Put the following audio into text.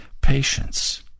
patience